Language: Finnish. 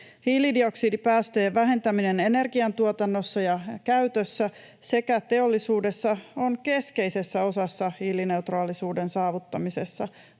Hiilidioksidipäästöjen vähentäminen energian tuotannossa ja käytössä sekä teollisuudessa on keskeisessä osassa hiilineutraalisuuden saavuttamisessa